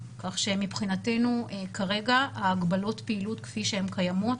מבחינתנו כרגע הגבלות הפעילות כפי שהן קיימות,